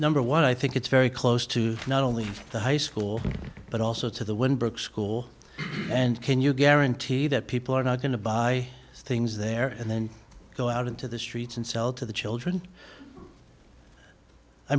number one i think it's very close to not only the high school but also to the wooden brook school and can you guarantee that people are not going to buy things there and then go out into the streets and sell to the children i